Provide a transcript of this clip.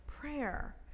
prayer